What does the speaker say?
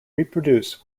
reproduce